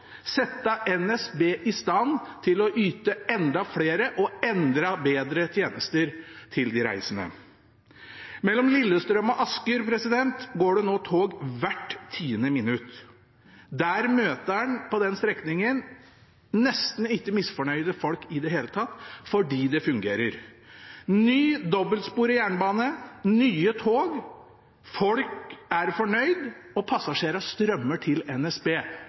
sette NSB i stand til å yte enda flere og enda bedre tjenester til de reisende. Mellom Lillestrøm og Asker går det nå tog hvert tiende minutt. På den strekningen møter man nesten ikke misfornøyde folk i det hele tatt – fordi det fungerer. Ny dobbeltsporet jernbane, og nye tog – folk er fornøyde, og passasjerene strømmer til NSB,